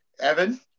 Evan